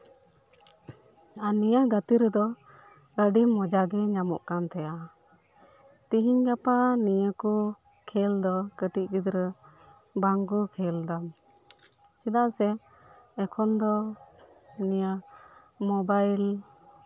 ᱟᱨ ᱱᱤᱭᱟᱹ ᱜᱟᱛᱮ ᱨᱮᱫᱚ ᱟᱹᱰᱤ ᱢᱚᱸᱡᱟ ᱜᱮ ᱧᱟᱢᱚᱜ ᱠᱟᱱ ᱛᱟᱦᱮᱱᱟ ᱛᱤᱦᱤᱧ ᱜᱟᱯᱟ ᱱᱤᱭᱟᱹ ᱠᱚ ᱠᱷᱮᱞ ᱫᱚ ᱠᱟᱹᱴᱤᱡ ᱜᱤᱫᱽᱨᱟᱹ ᱵᱟᱝ ᱠᱚ ᱠᱷᱮᱞ ᱮᱫᱟ ᱪᱮᱫᱟᱜ ᱥᱮ ᱮᱠᱷᱚᱱ ᱫᱚ ᱱᱤᱭᱟᱹ ᱢᱳᱵᱟᱭᱤᱞ